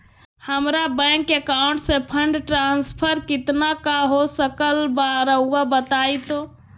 हमरा bank account से fund transfer कितना का हो सकल बा रुआ बताई तो?